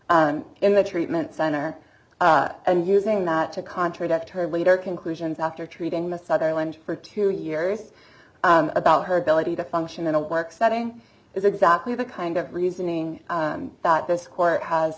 in the treatment center and using that to contradict her leader conclusions after treating the sutherland for two years about her ability to function in a work setting is exactly the kind of reasoning that this court has